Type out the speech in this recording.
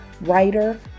writer